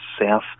south